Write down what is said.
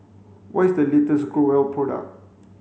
what is the latest Growell product